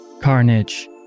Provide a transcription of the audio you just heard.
Carnage